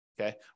okay